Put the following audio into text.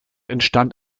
entstand